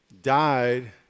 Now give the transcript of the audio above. died